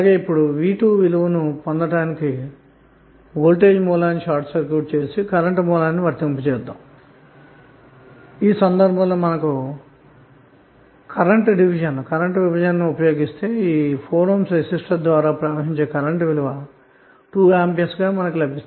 ఇప్పుడు v 2విలువను పొందటాయానికి వోల్టేజ్ సోర్స్ ని షార్ట్ సర్క్యూట్ చేసి కరెంటు సోర్స్ ని వర్తింపజెసిఈ ప్రత్యేక సందర్భంలో మనము కరెంటు విభజనను ఉపయోగిస్తే 4 Ohm రెసిస్టెన్స్ ద్వారా ప్రవహించే కరెంటు విలువ 2 A లభిస్తుంది